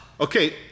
Okay